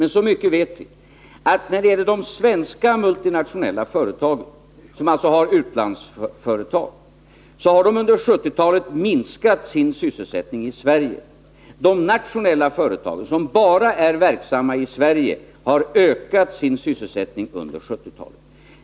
Men så mycket vet vi att de svenska multinationella företagen — alltså de svenska företag som har utlandsföretag — under 1970-talet har minskat sin sysselsättning i Sverige. De nationella företagen — de företag som bara är verksamma i Sverige — har ökat sin sysselsättning under 1970-talet.